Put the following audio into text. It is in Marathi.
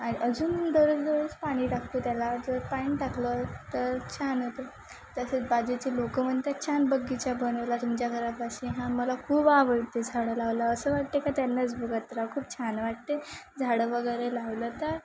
आणि अजून दरो दररोज पाणी टाकतो त्याला जर पाणी टाकलं तर छान होतं तसेच बाजूचे लोकं म्हणतात छान बगीचा बनवला तुमच्या घरापाशी हा मला खूप आवडते झाडं लावला असं वाटते का त्यांनाच बघत राहू खूप छान वाटते झाडं वगैरे लावलं तर